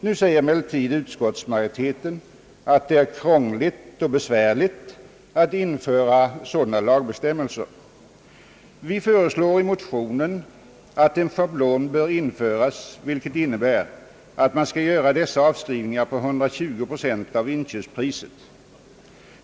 Nu säger emellertid utskottsmajoriteten att det är krångligt och besvärligt att införa lagbestämmelser på detta område. Vi föreslår i motionerna att en schablon bör införas, vilket innebär att dessa avskrivningar skall göras på 120 procent av inköpspriset.